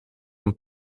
een